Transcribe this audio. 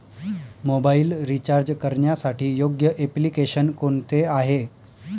Mobile recharge करण्यासाठी योग्य application कोणते आहे?